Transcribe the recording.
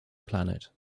planet